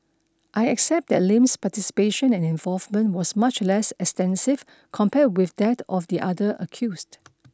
I accept that Lim's participation and involvement was much less extensive compared with that of the other accused